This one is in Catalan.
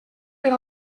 per